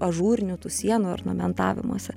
ažūrinių tų sienų ornamentavimuose